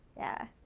yeah.